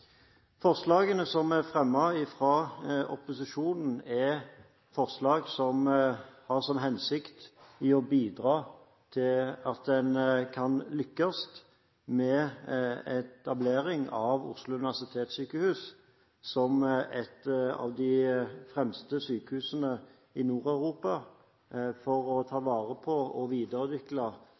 Forslagene som er fremmet fra opposisjonen, har som hensikt å bidra til at en lykkes med etableringen av Oslo universitetssykehus som et av de fremste sykehusene i Nord-Europa når det gjelder å ta vare på og videreutvikle